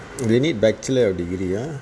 you need bachelor degree ah